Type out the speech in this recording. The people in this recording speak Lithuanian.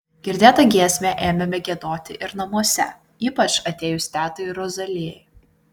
girdėtą giesmę ėmėme giedoti ir namuose ypač atėjus tetai rozalijai